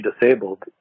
disabled